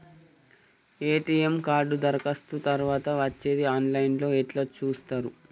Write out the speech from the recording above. ATM card దరఖాస్తు తరువాత వచ్చేది ఆన్ లైన్ లో ఎట్ల చూత్తరు?